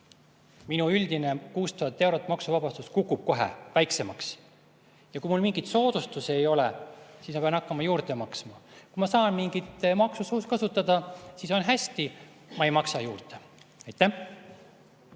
minu üldine 6000 eurot maksuvabastust kukub kohe väiksemaks. Kui mul mingeid soodustusi ei ole, siis ma pean hakkama juurde maksma. Kui ma saan mingit maksusoodustust kasutada, siis on hästi, ma ei maksa juurde. Tarmo